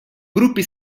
gruppi